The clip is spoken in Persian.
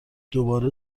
دوباره